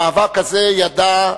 במאבק הזה, ידע,